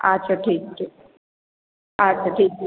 अच्छा ठीक छै अच्छा ठीक छै